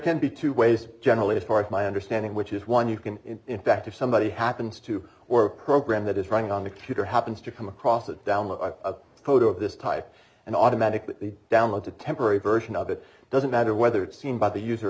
can be two ways generally as far as my understanding which is one you can in fact if somebody happens to or a program that is running on the computer happens to come across it down to a photo of this type and automatically download a temporary version of it doesn't matter whether it's seen by the user or